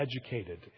educated